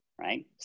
right